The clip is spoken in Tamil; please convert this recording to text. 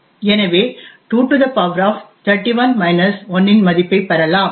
எனவே 2 31 1 இன் மதிப்பைப் பெறலாம்